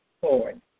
forward